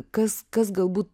kas kas galbūt